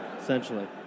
Essentially